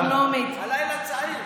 אסטרונומית, הלילה צעיר.